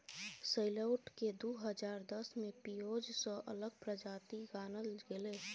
सैलोट केँ दु हजार दस मे पिओज सँ अलग प्रजाति गानल गेलै